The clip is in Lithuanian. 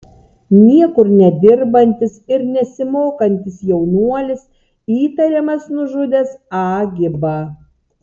niekur nedirbantis ir nesimokantis jaunuolis įtariamas nužudęs a gibą